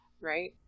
right